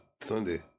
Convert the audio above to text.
Sunday